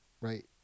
right